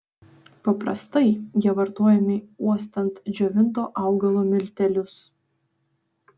paprastai jie vartojami uostant džiovinto augalo miltelius